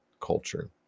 culture